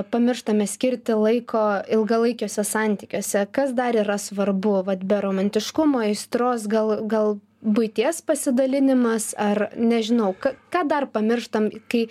pamirštame skirti laiko ilgalaikiuose santykiuose kas dar yra svarbu vat be romantiškumo aistros gal gal buities pasidalinimas ar nežinau ką ką dar pamirštam kai